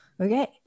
okay